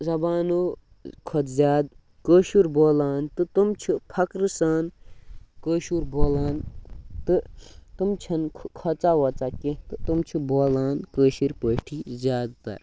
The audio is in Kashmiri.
زَبانو کھۄتہٕ زیادٕ کٲشُر بولان تہٕ تِم چھِ فخرٕ سان کٲشُر بولان تہٕ تِم چھِنہٕ کھۄژان وۄژان کیٚنٛہہ تہٕ تِم چھِ بولان کٲشِر پٲٹھی زیادٕ تَر